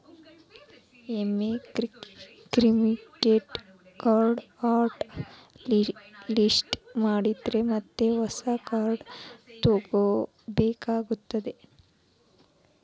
ಒಮ್ಮೆ ಕ್ರೆಡಿಟ್ ಕಾರ್ಡ್ನ hot list ಮಾಡಿದ್ರ ಮತ್ತ ಹೊಸ ಕಾರ್ಡ್ ತೊಗೋಬೇಕಾಗತ್ತಾ